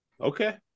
Okay